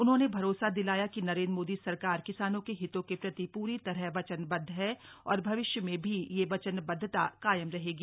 उन्होंने भरोसा दिलाया कि नरेंद्र मोदी सरकार किसानों के हितों के प्रति प्री तरह वचनबद्ध है और भविष्य में भी यह वचनबद्धता कायम रहेगी